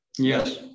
Yes